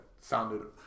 sounded